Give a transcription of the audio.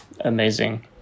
Amazing